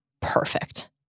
Perfect